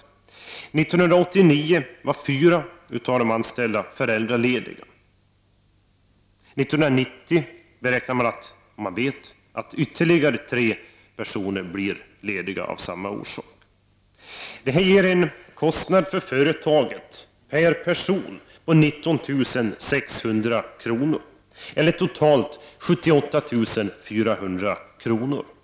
1989 var fyra av de anställda föräldralediga, och man vet att ytterligare tre personer kommer att vara lediga av samma orsak under 1990. Detta ger företaget en kostnad på 19 600 kr. per person, eller totalt 78 400 kr.